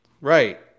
Right